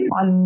on